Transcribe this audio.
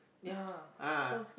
ya so